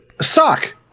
suck